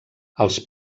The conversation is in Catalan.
els